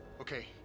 Okay